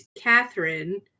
Catherine